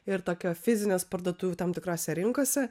ir tokio fizinės parduotuvių tam tikrose rinkose